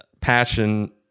passion